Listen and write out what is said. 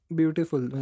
beautiful